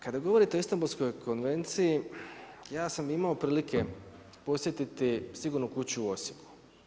Kada govorite o Istambulskoj konvenciji, ja sam imao prilike posjetiti Sigurnu kuću u Osijeku.